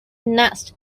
nest